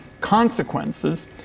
consequences